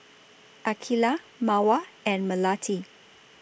Aqeelah Mawar and Melati